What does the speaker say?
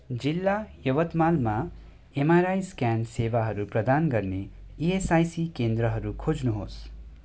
जिल्ला यवतमालमा MRI scan सेवाहरू प्रदान गर्ने इएसआइसी केन्द्रहरू खोज्नुहोस्